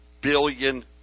billion